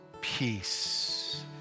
peace